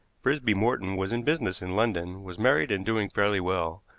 frisby morton was in business in london, was married and doing fairly well,